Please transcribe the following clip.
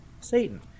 Satan